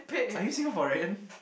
are you Singaporean